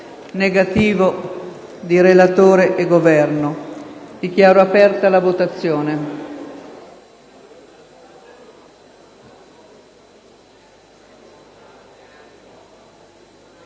positivo di relatore e Governo. Dichiaro aperta la votazione.